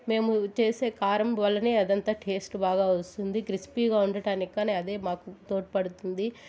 మేము చేసే కారం వల్ల అదంతా టేస్ట్ బాగా వస్తుంది క్రిస్పీగా ఉండటానికి కాని అదే మాకు తోడ్పడుతుంది